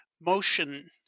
motion